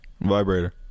Vibrator